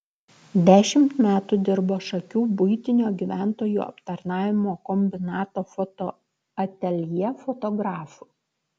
dešimt metų dirbo šakių buitinio gyventojų aptarnavimo kombinato fotoateljė fotografu